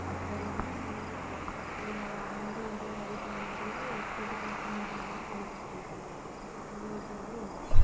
ఇస్తారు గానీ మనమే ఇక మంచిగుండదు కదా రుచి అన్నట్టుగా కొట్టి పోసుకుని తింటాం కానీ అట్టా తినొద్దు ఎప్పుడు కానీ ఉడకబెట్టిందే తినాలి